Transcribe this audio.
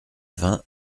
vin